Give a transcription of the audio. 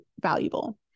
valuable